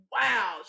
wow